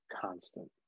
constant